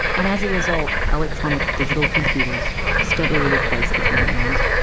and as a result, electronic digital computers steadily replaced the human ones,